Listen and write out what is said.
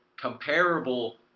comparable